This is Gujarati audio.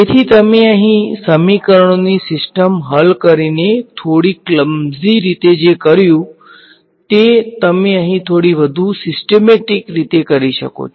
તેથી તમે અહીં સમીકરણોની સિસ્ટમ હલ કરીને થોડી ક્લ્મઝી રીતે જે કર્યું છેતે તમે અહીં થોડી વધુ સીસ્ટેમેટીક રીતે કરી શકો છો